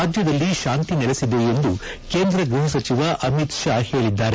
ರಾಜ್ಯದಲ್ಲಿ ಶಾಂತಿ ನೆಲೆಸಿದೆ ಎಂದು ಕೇಂದ್ರ ಗೃಹಸಚಿವ ಅಮಿತ್ ಶಾ ಹೇಳದ್ದಾರೆ